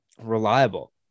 reliable